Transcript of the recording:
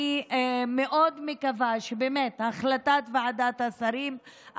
אני מאוד מקווה שהחלטת ועדת השרים,